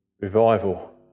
revival